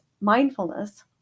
mindfulness